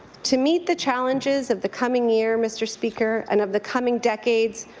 to meet the challenges of the coming year, mr. speaker, and of the coming decades,